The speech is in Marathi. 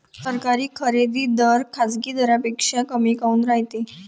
सरकारी खरेदी दर खाजगी दरापेक्षा कमी काऊन रायते?